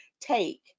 take